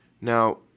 Now